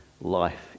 life